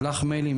שלח מיילים.